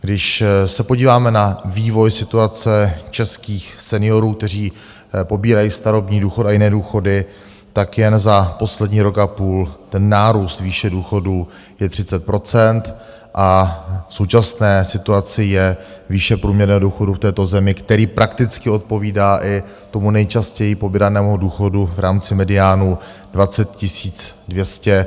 Když se podíváme na vývoj situace českých seniorů, kteří pobírají starobní důchod a jiné důchody, tak jen za poslední rok a půl ten nárůst výše důchodů je 30 % a v současné situaci je výše průměrného důchodu v této zemi, který prakticky odpovídá i tomu nejčastěji pobíranému důchodu v rámci mediánů, 20 200.